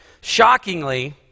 Shockingly